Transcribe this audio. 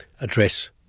address